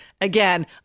again